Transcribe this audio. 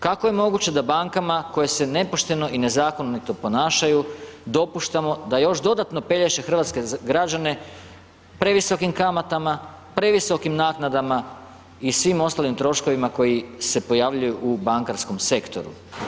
Kako je moguće da bankama koje se nepošteno i nezakonito ponašaju dopuštamo da još dodatno pelješe hrvatske građane previsokim kamatama, previsokim naknadama i svim ostalim troškovima koji se pojavljuju u bankarskom sektoru.